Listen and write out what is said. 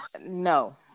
No